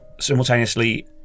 simultaneously